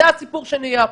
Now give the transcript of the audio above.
זה הסיפור שנהיה פה.